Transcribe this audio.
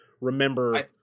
remember